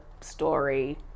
story